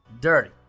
dirty